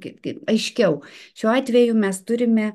kaip kaip aiškiau šiuo atveju mes turime